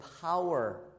power